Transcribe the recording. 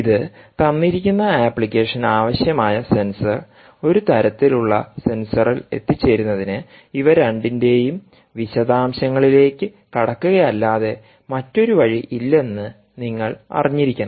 ഇത് തന്നിരിക്കുന്ന അപ്ലിക്കേഷന്ആവശ്യമായ സെൻസർ ഒരു തരത്തിലുള്ള സെൻസറിൽഎത്തിച്ചേരുന്നതിന് ഇവ രണ്ടിന്റെയും വിശദാംശങ്ങളിലേക്ക് കടക്കുകയല്ലാതെ മറ്റൊരു വഴി ഇല്ലെന്ന് നിങ്ങൾ അറിഞ്ഞിരിക്കണം